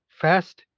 fast